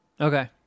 Okay